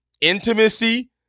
Intimacy